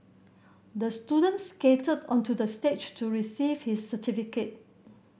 the student skated onto the stage to receive his certificate